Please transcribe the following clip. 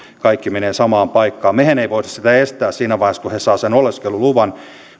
kaikki menevät samaan paikkaan mehän emme voi sitä estää siinä vaiheessa kun he saavat sen oleskeluluvan